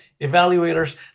evaluators